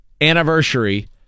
anniversary